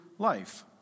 life